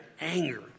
anger